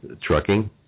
Trucking